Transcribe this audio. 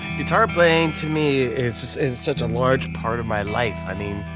guitar playing to me is is such a large part of my life. i mean,